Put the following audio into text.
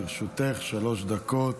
לרשותך שלוש דקות.